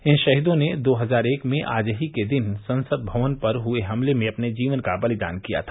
इन शहीदों ने दो हजार एक में आज ही के दिन संसद भवन पर हए हमले में अपने जीवन का बलिदान दिया था